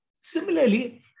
Similarly